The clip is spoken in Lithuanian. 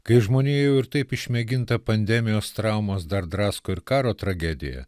kai žmonija jau ir taip išmėginta pandemijos traumos dar drasko ir karo tragediją